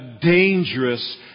dangerous